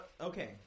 Okay